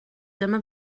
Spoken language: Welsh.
dyma